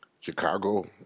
Chicago